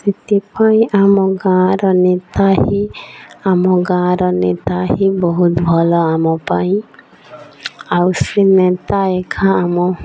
ସେଥିପାଇଁ ଆମ ଗାଁର ନେତା ହିଁ ଆମ ଗାଁର ନେତା ହିଁ ବହୁତ ଭଲ ଆମ ପାଇଁ ଆଉ ସେ ନେତା ଏକା ଆମ